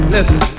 Listen